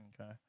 Okay